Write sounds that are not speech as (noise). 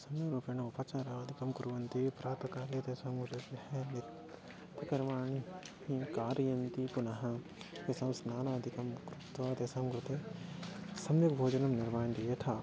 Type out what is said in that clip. सम्यग्रूपेण उपचारादिकं कुर्वन्ति प्रातःकाले तेषां (unintelligible) नित्य त् कर्माणि कारयन्ति पुनः तेषां स्नानादिकं कृत्वा तेषां कृते सम्यक् भोजनं निर्मान्ति यथा